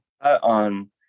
on